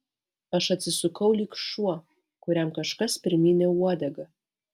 aš atsisukau lyg šuo kuriam kažkas primynė uodegą